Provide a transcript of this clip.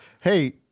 Hey